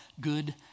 good